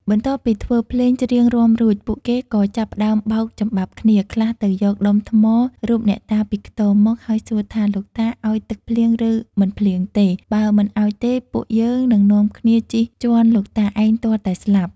បន្ទាប់ពីធ្វើភ្លេង ច្រៀងរាំរួច ពួកគេក៏ចាប់ផ្ដើមបោកចំបាប់គ្នា ខ្លះទៅយកដុំថ្មរូបអ្នកតាពីខ្ទមមក ហើយសួរថា «លោកតាឲ្យទឹកភ្លៀងឬមិនភ្លៀងទេ បើមិនឲ្យទេ ពួកយើងនឹងនាំគ្នាជិះជាន់លោកតាឯងទាល់តែស្លាប់»។